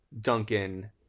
Duncan